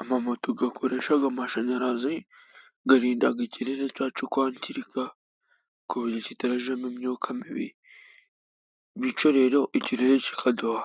Amamoto akoresha amashanyarazi arinda ikirere cyacu kwangirika, ku buro kitajyamo imyuka mibi, bityo rero ikirere kikaduha